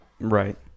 Right